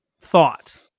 thought